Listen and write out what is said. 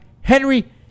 Henry